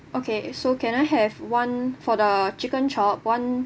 okay so can I have one for the chicken chop [one]